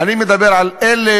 אלא אני מדבר על אלה